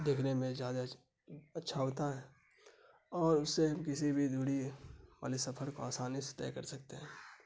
دیکھنے میں زیادہ اچھا ہوتا ہے اور اس سے ہم کسی بھی دوری والے سفر کو آسانی سے طے کر سکتے ہیں